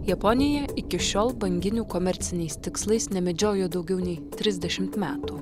japonija iki šiol banginių komerciniais tikslais nemedžiojo daugiau nei trisdešimt metų